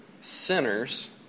sinners